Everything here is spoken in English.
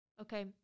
okay